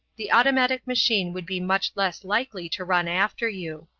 the automatic machine would be much less likely to run after you.